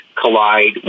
collide